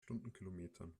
stundenkilometern